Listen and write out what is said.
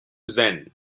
zen